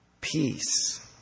peace